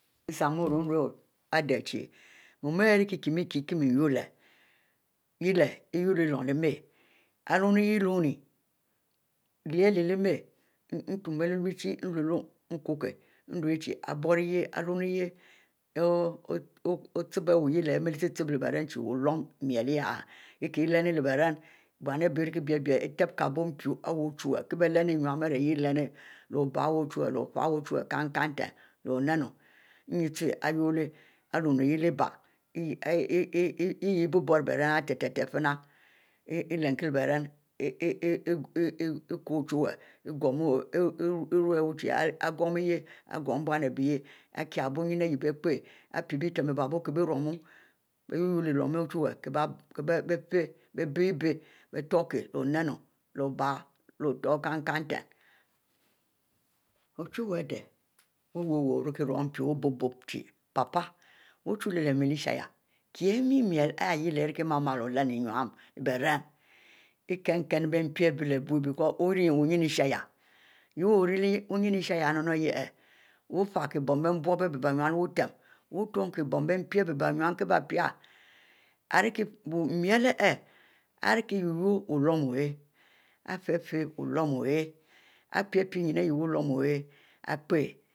Ensnoru nru ade chie mu ari kie mie urra leh yeh leh ari urro leh mulum lieh ma, ari lume hie lunn, lee ari leh mie ntun bie lue leh bieshieh, luel koh kie nrue chie ari boiurie-bourro iwenirh, leh ochibou ari wu imele chie-chiebou leh berem chie wuluom yeh mieh yeh kie-kieh ilenu leh beren, boun ibie ari biele-biele utue kie boiu chie mpi ochuwue kie bielenu ininnu ari yeh ilenu leh obie wu ochuwue leh obie ochuwue kinn-kinn nten leh onino nyin ute ari luninu yeh lehbiele hieh ari bie biuro leh beren teh-tehie fie na ileh kie leh beren a' a' a' ari biurro leh beren teh-teh fie ma elnkie bie ren a' a; a; ko ochuwue igoum-ari ure wu chie i'goum hieh ari goum biunn ibie yeh ari kie abiuo nyin iyeh bie epie ari pie bietem ihieh biebibub kie berum bie wurro leh lume ochuwue kie ihieh bieh-bich, bie tohokie leh otor kinn-kinn nten ochuwue ade iwu ori rum mpi obiuh obiub chie papa oh chu leh mie lyieh isieh kie mie mieh ari me leh ari kie miel leu-mieleu olenu leh beran ekinn-kinn lelu mpi ibie leh biuo wu ori nyin leh ishieh ihieh wu ori wu nyin ishieh wu ofie kie bonbiub ari bie nyin leh wubiutem wu otue kie bon bie mpi ari bie nyin kie pie ari miel ihieh ari kie wu-wuie-wuluon oyeh ari ife-ife wuwue oyeh ari pie0pie nyin ayeh wuwlom oyieh ipie